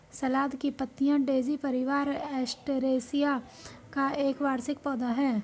सलाद की पत्तियाँ डेज़ी परिवार, एस्टेरेसिया का एक वार्षिक पौधा है